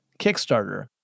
Kickstarter